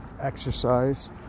exercise